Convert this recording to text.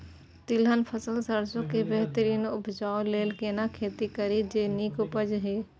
तिलहन फसल सरसों के बेहतरीन उपजाऊ लेल केना खेती करी जे नीक उपज हिय?